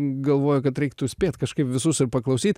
galvoju kad reiktų spėt kažkaip visus ir paklausyt